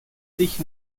sich